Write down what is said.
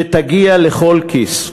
שתגיע לכל כיס.